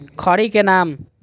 खड़ी के नाम?